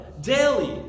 daily